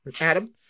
Adam